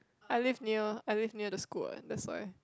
I live near I live near the school that's why